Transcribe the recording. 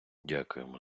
дякуємо